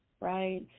Right